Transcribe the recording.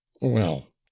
Well